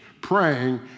praying